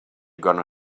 gonna